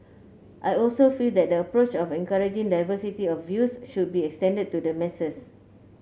I also feel that the approach of encouraging diversity of views should be extended to the masses